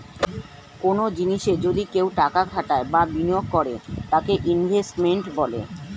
কনো জিনিসে যদি কেউ টাকা খাটায় বা বিনিয়োগ করে তাকে ইনভেস্টমেন্ট বলে